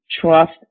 trust